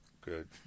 Good